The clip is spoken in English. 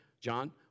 John